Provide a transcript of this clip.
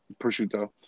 prosciutto